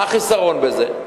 מה החיסרון בזה?